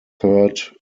third